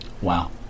Wow